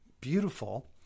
beautiful